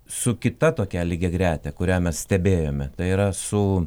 su kita tokia lygiagrete kurią mes stebėjome tai yra su